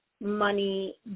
money